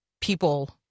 people